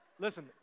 Listen